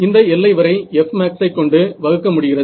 இந்த எல்லை வரை F ஐ கொண்டு வகுக்க முடிகிறது